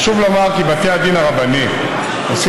חשוב לומר כי בתי הדין הרבניים עושים